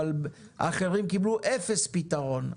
אבל אחרים קיבלו אפס פתרון.